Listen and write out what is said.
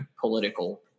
political